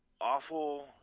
awful